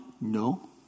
No